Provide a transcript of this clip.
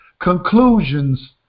conclusions